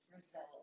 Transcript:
result